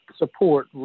support